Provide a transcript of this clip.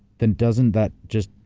then doesn't that just.